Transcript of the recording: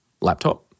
laptop